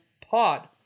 Pod